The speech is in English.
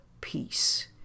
peace